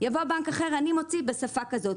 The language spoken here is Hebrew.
ובנק אחר בשפה שנייה.